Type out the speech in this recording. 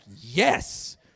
yes